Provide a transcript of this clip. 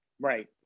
Right